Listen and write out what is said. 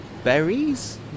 Berries